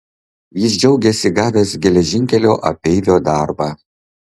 jis džiaugėsi gavęs geležinkelio apeivio darbą